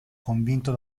convinto